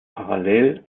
parallel